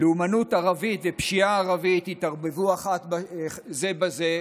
לאומנות ערבית ופשיעה ערבית התערבבו זו בזו.